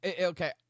Okay